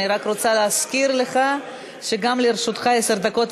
אני רק רוצה להזכיר לך שגם לרשותך עשר דקות,